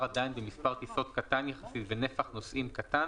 עדיין במספר טיסות קטן יחסית ונפח נוסעים קטן,